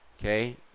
okay